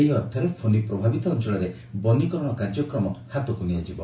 ଏହି ଅର୍ଥରେ ଫୋନି ପ୍ରଭାବିତ ଅଞ୍ଞଳରେ ବନୀକରଣ କାର୍ଯ୍ୟକ୍ରମ ହାତକୁ ନିଆଯିବ